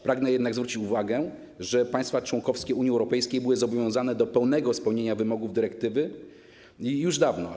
Pragnę jednak zwrócić uwagę, że państwa członkowskie Unii Europejskiej były zobowiązane do pełnego spełnienia wymogów dyrektywy już dawno.